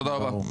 תודה רבה.